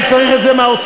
אני צריך את זה מהאוצר.